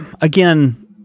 again